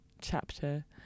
chapter